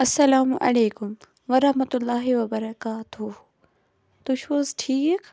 اسلام علیکم ورحمتہُ اللّٰہِ وبرکاتہ تُہُۍ چھِو حظ ٹھیٖک